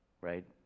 right